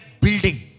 building